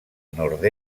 nord